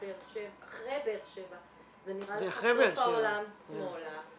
אחרי באר שבע זה נראה לך סוף העולם שמאלה.